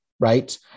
right